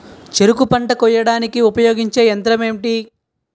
చెరుకు పంట కోయడానికి ఉపయోగించే యంత్రం ఎంటి?